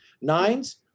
nines